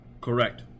Correct